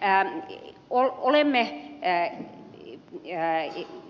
sen vuoksi olemme täällä liittyviä e i l